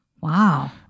Wow